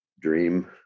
dream